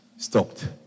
stopped